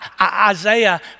Isaiah